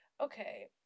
Okay